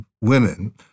women—